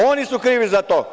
Oni su krivi za to.